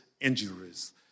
injuries